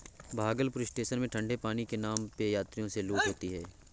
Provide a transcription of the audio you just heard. Bhagalpur station में ठंडे पानी के नाम पे यात्रियों से लूट होती है